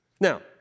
Now